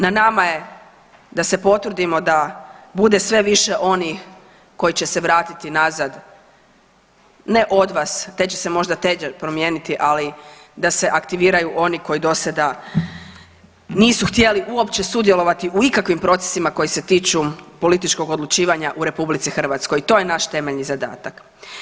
Na nama je da se potrudimo da bude sve više onih koji će se vratiti nazad, ne od vas, te će se možda teže promijeniti, ali da se aktiviraju oni koji do sada nisu htjeli uopće sudjelovati u ikakvim procesima koji se tiču političkog odlučivanja u RH i to je naš temeljni zadatak.